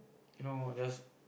you know just